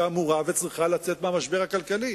שאמורה וצריכה לצאת מהמשבר הכלכלי.